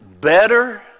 better